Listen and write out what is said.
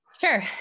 Sure